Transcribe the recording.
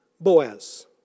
Boaz